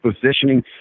positioning